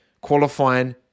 qualifying